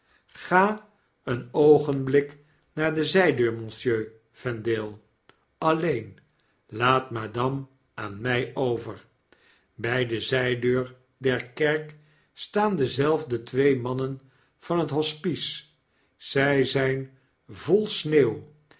ga een oogenblik naar de zijdeur monsieur vendale alleen laat madame aan mg over bg de zydeur der kerk staan dezelfde twee mannen van het hospice zy zgn vol sneeuw